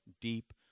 deep